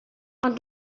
ond